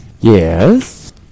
Yes